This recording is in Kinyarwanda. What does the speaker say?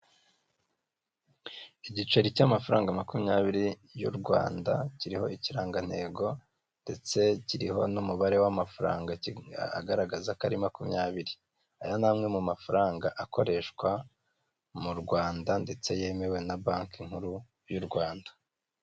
Igiceri cy'amafaranga makumyabiri y'u Rwanda kiriho ikirangantego ndetse kiriho n'umubare w'amafaranga agaragaza ko ari makumyabiri, aya ni amwe mu mafaranga akoreshwa mu Rwanda ndetse yemewe na banki nkuru y'u Rwanda.